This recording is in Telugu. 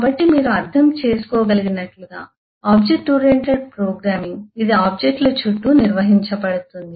కాబట్టి మీరు అర్థం చేసుకోగలిగినట్లుగా ఆబ్జెక్ట్ ఓరియెంటెడ్ ప్రోగ్రామింగ్ ఇది ఆబ్జెక్ట్ ల చుట్టూ నిర్వహించబడుతుంది